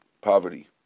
poverty